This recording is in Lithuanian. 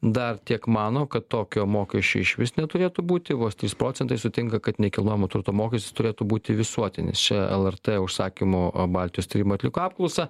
dar tiek mano kad tokio mokesčio išvis neturėtų būti vos trys procentai sutinka kad nekilnojamo turto mokestis turėtų būti visuotinis čia lrt užsakymu baltijos tyrimai atliko apklausą